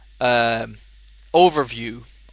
overview